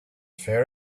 fair